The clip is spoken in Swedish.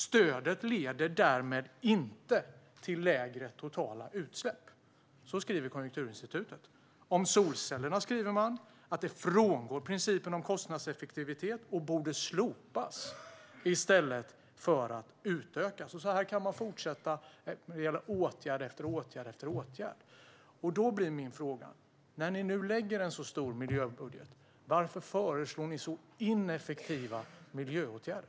- Stödet leder därmed inte till lägre totala utsläpp." Så skriver Konjunkturinstitutet. Om stödet till solceller skriver man att det frångår principen om kostnadseffektivitet och borde slopas i stället för att utökas. Så här kan man fortsätta när det gäller åtgärd efter åtgärd. Därför blir min fråga: När ni nu lägger fram en så stor miljöbudget, varför föreslår ni så ineffektiva miljöåtgärder?